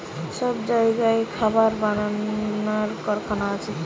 সব জাগায় খাবার বানাবার কারখানা আছে